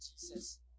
Jesus